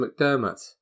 McDermott